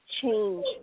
change